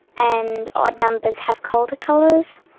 and odd numbers have colder colours.